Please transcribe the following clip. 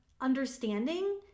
understanding